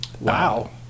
wow